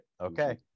Okay